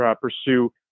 pursue